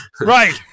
Right